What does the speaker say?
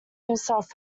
himself